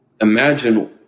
imagine